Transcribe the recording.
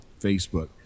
Facebook